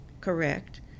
correct